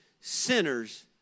sinners